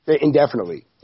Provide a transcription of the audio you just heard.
indefinitely